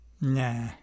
Nah